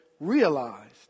realized